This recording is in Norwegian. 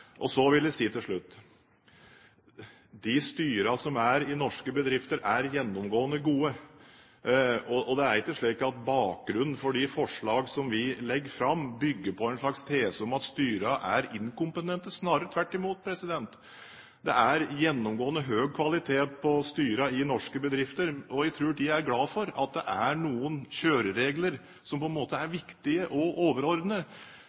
i norske bedrifter, er gjennomgående gode. Det er ikke slik at bakgrunnen for de forslagene som vi legger fram, bygger på en slags tese om at styrene er inkompetente – snarere tvert imot. Det er gjenomgående høy kvalitet på styrene i norske bedrifter. Jeg tror en er glad for at det er noen kjøreregler som